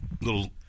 little